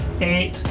Eight